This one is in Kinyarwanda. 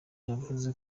yavuze